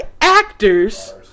actors